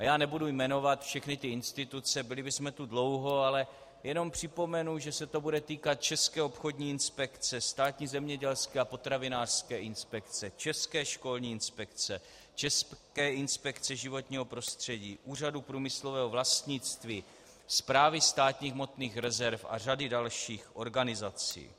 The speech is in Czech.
Já nebudu jmenovat všechny ty instituce, byli bychom tu dlouho, ale jenom připomenu, že se to bude týkat České obchodní inspekce, Státní zemědělské a potravinářské inspekce, České školní inspekce, České inspekce životního prostředí, Úřadu průmyslového vlastnictví, Správy státních hmotných rezerv a řady dalších organizací.